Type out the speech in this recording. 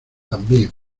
también